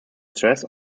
stress